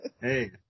Hey